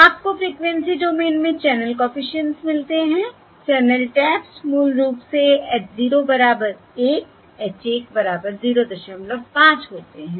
आपको frequency domain में channel coefficients मिलते हैं चैनल टैप्स मूल रूप से h 0 बराबर 1 h 1 बराबर 05 होते हैं